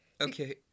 Okay